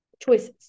choices